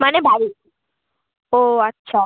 মানে বাড়ির ও আচ্ছা